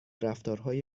رفتارهای